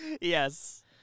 Yes